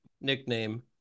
nickname